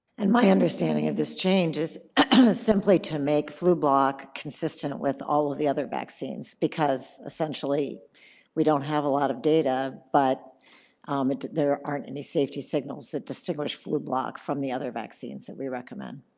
and my understanding of this change is simply to make flublok consistent with all of the other vaccines because essentially we don't have a lot of data, but um and there aren't any safety signals that distinguish flublok from the other vaccines that we recommend.